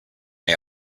may